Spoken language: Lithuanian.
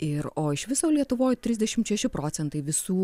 ir o iš viso lietuvoj trisdešimt šeši procentai visų